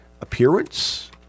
appearance